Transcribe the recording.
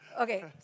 Okay